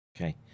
okay